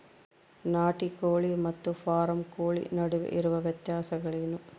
ನಾಟಿ ಕೋಳಿ ಮತ್ತು ಫಾರಂ ಕೋಳಿ ನಡುವೆ ಇರುವ ವ್ಯತ್ಯಾಸಗಳೇನು?